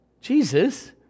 Jesus